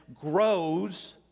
grows